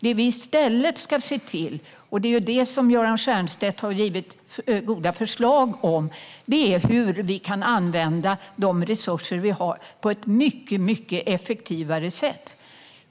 Det vi i stället ska göra, och som Göran Stiernstedt har gett bra förslag till, är att använda de resurser vi har på ett mycket effektivare sätt.